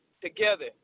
together